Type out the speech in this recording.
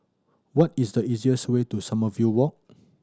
what is the easiest way to Sommerville Walk